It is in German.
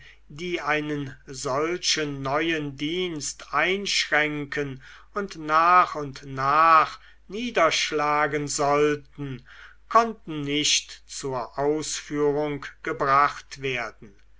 die einen solchen neuen dienst einschränken und nach und nach niederschlagen sollten konnten nicht zur ausführung gebracht werden